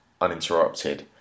uninterrupted